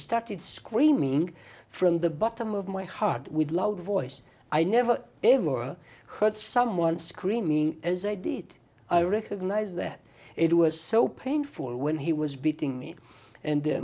started screaming from the bottom of my heart with loud voice i never ever heard someone screaming as i did i recognize that it was so painful when he was beating me and